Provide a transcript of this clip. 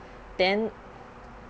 then